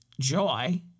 joy